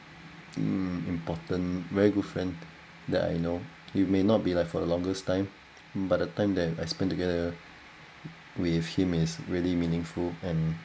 mm important very good friend that I know it may not be like for the longest time but the time I spend together with him is really meaningful and